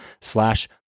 slash